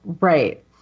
right